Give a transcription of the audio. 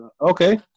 okay